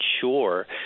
sure